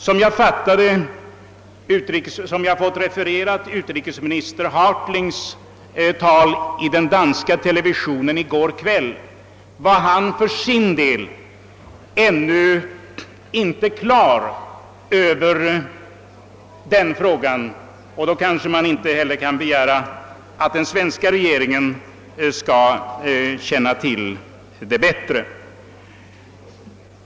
Som jag fått utrikesminister Hartlings uttalande i den danska televisionen i går kväll refererat för mig var han för sin del ännu inte klar över denna fråga, och då kanske man inte kan begära att den svenska regeringen skall känna till saken bättre.